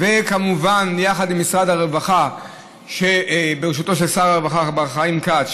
וכמובן עם משרד הרווחה בראשותו של שר הרווחה מר חיים כץ,